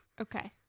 Okay